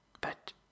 But